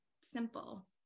simple